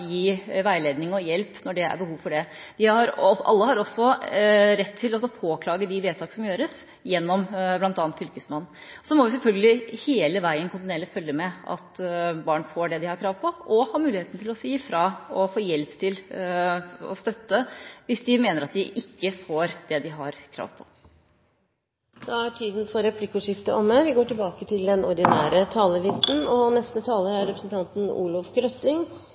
gi veiledning og hjelp når det er behov for det. Alle har også rett til å påklage de vedtak som gjøres, gjennom bl.a. Fylkesmannen. Så må vi selvfølgelig hele veien kontinuerlig følge med på at barn får det de har krav på, og at de har muligheten til å si fra og få hjelp og støtte hvis de mener at de ikke får det de har krav på. Replikkordskiftet er dermed omme. Dette er en av de aller viktigste lovene vi behandler i denne stortingsperioden. Den er til for